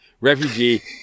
Refugee